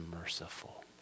merciful